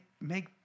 make